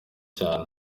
cyane